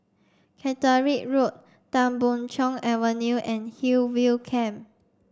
Caterick Road Tan Boon Chong Avenue and Hillview Camp